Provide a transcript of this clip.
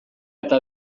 eta